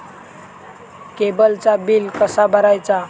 केबलचा बिल कसा भरायचा?